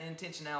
intentionality